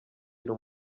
yaje